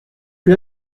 que